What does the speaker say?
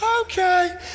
okay